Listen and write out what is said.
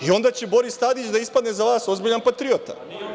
I onda će Boris Tadić da ispadne za vas ozbiljan patriota.